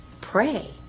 pray